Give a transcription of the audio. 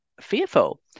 fearful